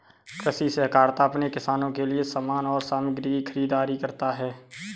कृषि सहकारिता अपने किसानों के लिए समान और सामग्री की खरीदारी करता है